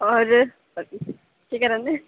होर केह् कराने